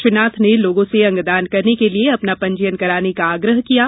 श्री नाथ ने लोगों से अंगदान करने के लिए अपना पंजीयन कराने का आग्रह किया है